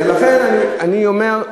לכן אני אומר,